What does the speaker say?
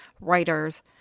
writers